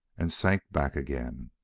and sank back again.